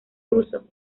ruso